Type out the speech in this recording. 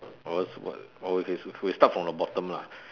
or else what we start from the bottom lah